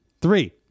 Three